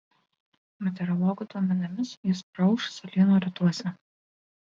meteorologų duomenimis jis praūš salyno rytuose